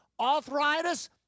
arthritis